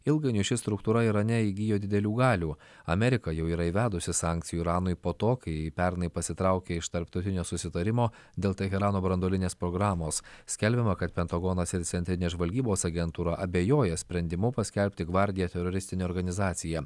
ilgainiui ši struktūra irane įgijo didelių galių amerika jau yra įvedusi sankcijų iranui po to kai pernai pasitraukė iš tarptautinio susitarimo dėl teherano branduolinės programos skelbiama kad pentagonas ir centrinė žvalgybos agentūra abejoja sprendimu paskelbti gvardiją teroristine organizacija